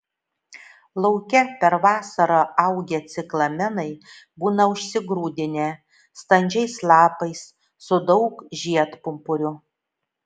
lauke per vasarą augę ciklamenai būna užsigrūdinę standžiais lapais su daug žiedpumpurių